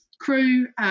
crew